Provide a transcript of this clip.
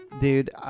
Dude